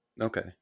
Okay